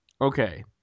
okay